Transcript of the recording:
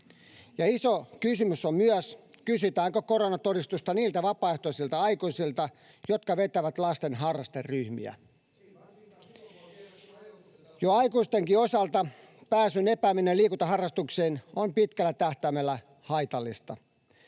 iso kysymys on myös, kysytäänkö koronatodistusta niiltä vapaaehtoisilta aikuisilta, jotka vetävät lasten harrasteryhmiä. [Aki Lindénin välihuuto] Jo aikuistenkin osalta pääsyn epääminen liikuntaharrastuksiin on pitkällä tähtäimellä haitallista.